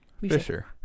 Fisher